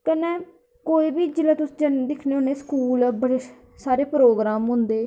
कन्नै कोई बी जेल्लै तुस दिक्खने होने स्कूल ऐ साढ़े प्रोग्राम होंदे